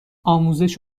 آموزش